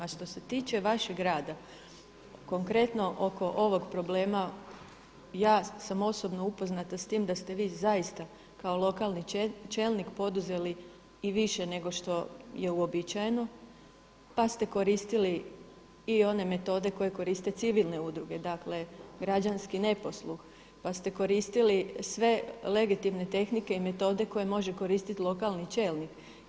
A što se tiče vašeg rada, konkretno oko ovog problema ja sam osobno upoznata s tim da ste vi zaista kao lokalni čelnik poduzeli i više nego što je uobičajeno pa ste koristili i one metode koje koriste civilne udruge, dakle građanski neposluh, pa ste koristili sve legitimne tehnike i metode koje može koristiti lokalni čelnik.